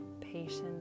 patience